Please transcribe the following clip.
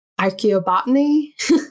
Archaeobotany